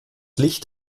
licht